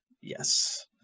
Yes